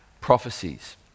prophecies